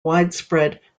widespread